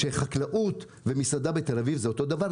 שחקלאות ומסעדה בתל-אביב זה אותו דבר?